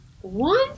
One